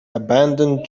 abandoned